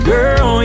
Girl